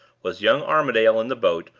was young armadale in the boat,